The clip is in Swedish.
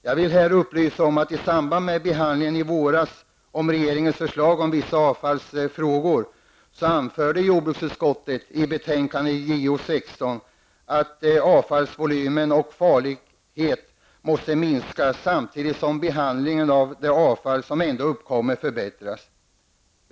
Jag vill upplysa om att jordbruksutskottet i betänkande JoU:16 i samband med behandlingen i våras av regeringens förslag om vissa avfallsfrågor anförde att avfallets volym och farlighet måste minska samtidigt som behandlingen av det avfall som ändå uppkommer förbättras.